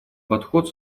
подход